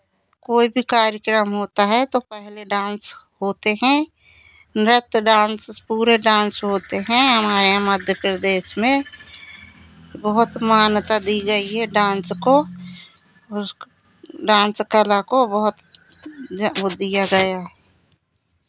कोई भी कार्यक्रम होता है तो पहले डांस होते हैं नृत्य डांस पूरे डांस होते हैं हमारे यहाँ मध्य प्रदेश में बहुत मान्यता दी गई है डांस को उसको डांस कला को बहुत जा वो दिया गया है